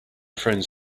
friends